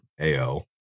AO